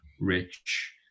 Rich